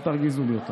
אל תרגיזו לי אותו.